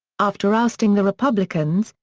after ousting the republicans,